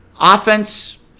offense